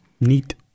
Neat